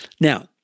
Now